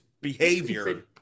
behavior